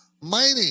mining